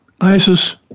ISIS